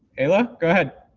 aila, go ahead.